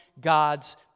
God's